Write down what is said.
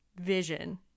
vision